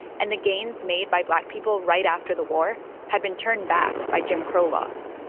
and the gains made by black people right after the war had been turned back by jim crow laws